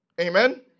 Amen